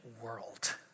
world